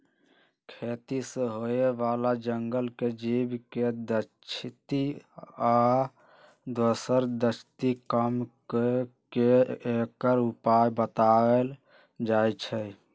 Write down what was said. खेती से होय बला जंगल के जीव के क्षति आ दोसर क्षति कम क के एकर उपाय् बतायल जाइ छै